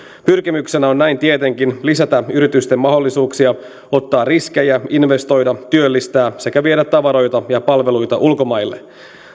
pyrkimyksenä on näin tietenkin lisätä yritysten mahdollisuuksia ottaa riskejä investoida työllistää sekä viedä tavaroita ja palveluita ulkomaille